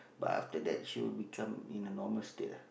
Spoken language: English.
but after that she will become in a normal state ah